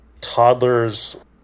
toddlers